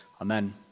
Amen